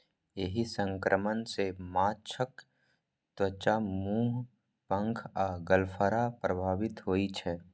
एहि संक्रमण सं माछक त्वचा, मुंह, पंख आ गलफड़ प्रभावित होइ छै